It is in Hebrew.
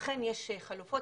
אכן יש חלופות,